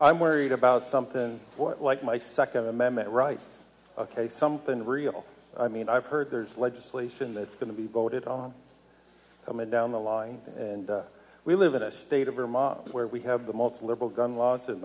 i'm worried about something like my second amendment rights ok something real i mean i've heard there's legislation that's going to be voted on coming down the line and we live in a state of vermont where we have the most liberal gun laws in